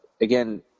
again